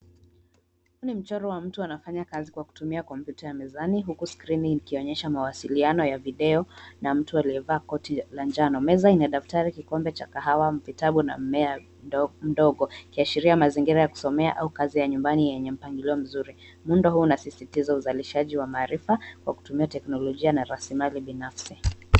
Huu ni mchoro wa mtu anafanaya kazi kwa kutumia kompyuta ya mezani huku skrini ikionyesha mawasiliano ya video na mtu aliyevaa koti la kahawa. Meza ina daftari, kikombe cha kahawa, vitabu na mmea mdogo ikiashiria mazingira ya kusomea au kazi ya nyumbani yenye mpangilio mzuri. Muundo huu unasisitiza uzalishaji wa maarifa kwa kutumia teknolojia na rasilimali binafsi.